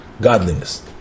godliness